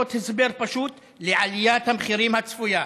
הסבר פשוט לעליית המחירים הצפויה.